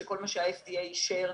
שכל מה שה-FDA אישר,